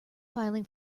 filing